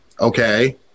okay